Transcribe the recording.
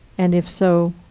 and if so,